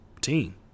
team